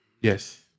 Yes